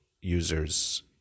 users